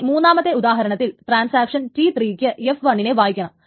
ഇനി മൂന്നാമത്തെ ഉദാഹരണത്തിൽ ട്രാൻസാക്ഷൻ T3 യ്ക്ക് f1 നെ വായിക്കണം